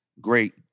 great